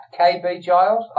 kbgiles